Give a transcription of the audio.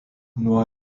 nuo